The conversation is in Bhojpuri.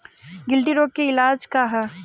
गिल्टी रोग के इलाज का ह?